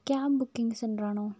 ഈ cab booking സെൻട്രാണോ